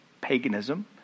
paganism